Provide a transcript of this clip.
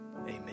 Amen